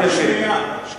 רק שנייה.